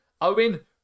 Owen